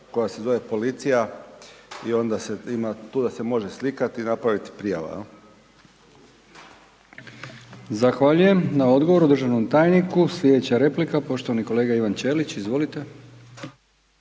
koja se zove Policija i onda se ima, tu da se može slikat i napravit prijava, jel. **Brkić, Milijan (HDZ)** Zahvaljujem na odgovoru državnom tajniku. Slijedeća replika poštovani kolega Ivan Ćelić, izvolite.